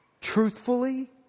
truthfully